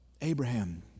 Abraham